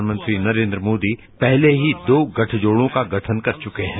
प्रयानमंत्री नरेन्द्र मोदी पहले ही दो गठजोझें का गठन कर चुके हैं